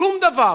שום דבר.